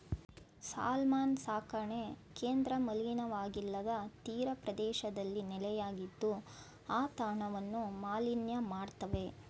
salmon ಸಾಕಣೆ ಕೇಂದ್ರ ಮಲಿನವಾಗಿಲ್ಲದ ತೀರಪ್ರದೇಶದಲ್ಲಿ ನೆಲೆಯಾಗಿದ್ದು ಆ ತಾಣವನ್ನು ಮಾಲಿನ್ಯ ಮಾಡ್ತವೆ